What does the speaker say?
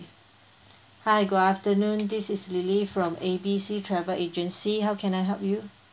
hi good afternoon this is lily from A B C travel agency how can I help you